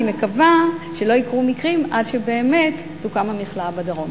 אני מקווה שלא יקרו מקרים עד שבאמת תוקם המכלאה בדרום.